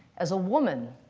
as a woman,